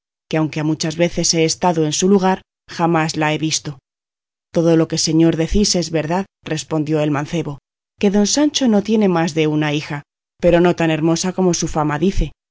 que aunque muchas veces he estado en su lugar jamás la he visto todo lo que señor decís es verdad respondió el mancebo que don sancho no tiene más de una hija pero no tan hermosa como su fama dice